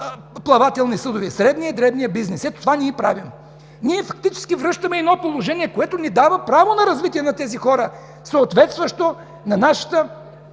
плавателни съдове – средният и дребният бизнес. Ето, това правим! Ние фактически връщаме положение, което ни дава право на развитие на тези хора, съответстващо на нашата